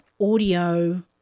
audio